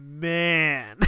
man